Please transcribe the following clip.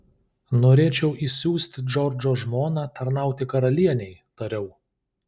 norėčiau išsiųsti džordžo žmoną tarnauti karalienei tariau